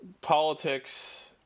politics